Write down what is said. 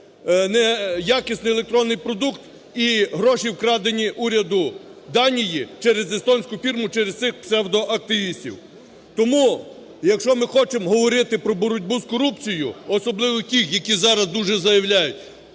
неякісний електронний продукт і гроші вкрадені уряду Данії через естонську фірму, через цих псевдоактивістів. Тому якщо ми хочемо говорити про боротьбу з корупцією, особливо ті, які зараз дуже заявляють,